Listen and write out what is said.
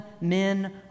men